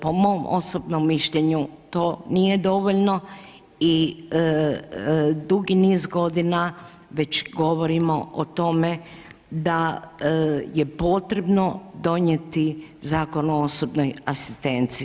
Po mom osobnom mišljenju to nije dovoljno i dugi niz godina već govorimo o tome da je potrebno donijeti Zakon o osobnoj asistenciji.